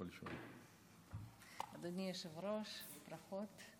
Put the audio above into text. אדוני היושב-ראש, ברכות.